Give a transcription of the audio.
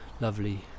lovely